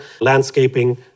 landscaping